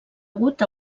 hagut